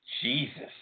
Jesus